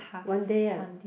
one day ah